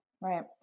right